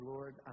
Lord